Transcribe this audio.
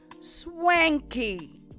swanky